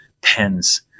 pens